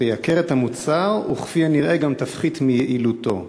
שתייקר את המוצר וכפי הנראה גם תפחית מיעילותו.